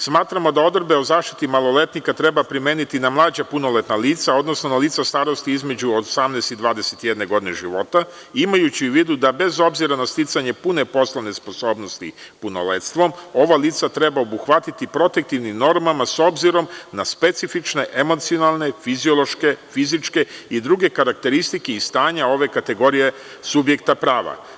Smatramo da odredbe o zaštiti maloletnika treba primeniti na mlađa punoletna lica, odnosno na lica starosti između 18 i 21 godine života, imajući u vidu da bez obzira na sticanje pune poslovne sposobnosti punoletstvom ova lica treba obuhvatiti protektivnim normama, s obzirom na specifične emocionalne, fiziološke, fizičke i druge karakteristike i stanja ove kategorije subjekta prava.